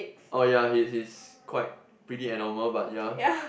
oh ya he's he's quite pretty abnormal but ya